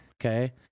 Okay